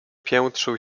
piętrzył